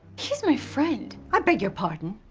he's my friend. i beg your pardon.